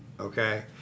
Okay